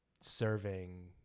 serving